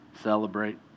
celebrate